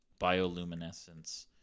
bioluminescence